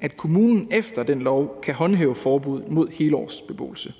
at kommunen efter den lov kan håndhæve forbud mod helårsbeboelse.